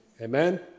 Amen